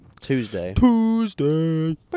Tuesday